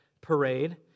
parade